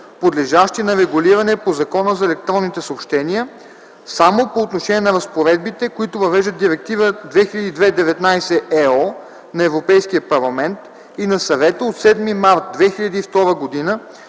подлежащи на регулиране по Закона за електронните съобщения - само по отношение на разпоредбите, които въвеждат Директива 2002/19/ЕО на Европейския парламент и на Съвета от 7 март 2002 г.